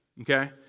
Okay